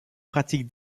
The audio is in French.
pratique